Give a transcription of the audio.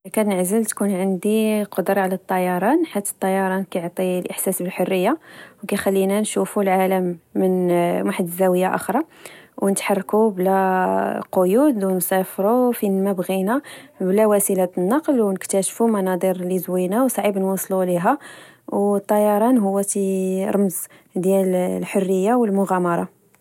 كنعزل تكون عندي القدرة على الطيران، حيت الطيران كيعطي الإحساس بالحرية، وكيخلينا نشوفو العالم من واحد الداوية أخرى، و نتحركو بلا قيود، ونسافرو فينما بغينا بلا وسيلة نقل، ونكتاشفو مناظر لزوينة وصعيب نوصلو ليها، و الطيران هو رمز ديال الحرية والمغامرة